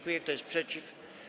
Kto jest przeciw?